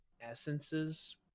essences